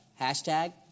Hashtag